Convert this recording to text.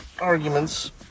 arguments